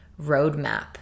roadmap